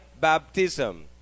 baptism